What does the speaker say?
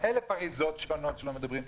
אלף אריזות שונות שלא מדברים עליהן,